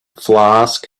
flask